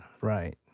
right